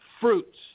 fruits